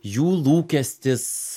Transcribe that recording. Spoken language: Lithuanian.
jų lūkestis